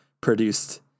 produced